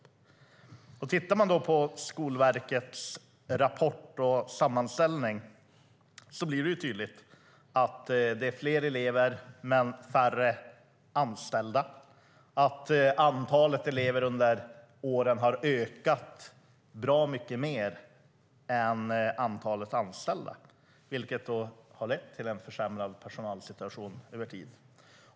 Om man tittar på Skolverkets rapport och sammanställning blir det tydligt att det är fler elever men färre anställda och att antalet elever under åren har ökat bra mycket mer än antalet anställda, vilket har lett till en försämrad personalsituation över tid.